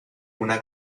una